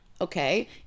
Okay